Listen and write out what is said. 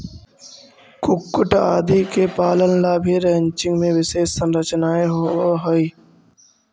कुक्कुट आदि के पालन ला भी रैंचिंग में विशेष संरचनाएं होवअ हई